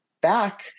back